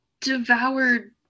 devoured